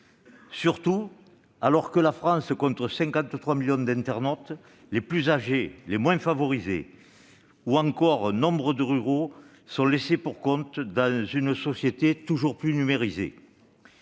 Surtout, alors que la France compte 53 millions d'internautes, les plus âgés, les moins favorisés ou encore nombre de ruraux sont laissés pour compte dans une société toujours plus numérisée.